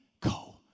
go